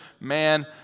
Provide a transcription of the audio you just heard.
man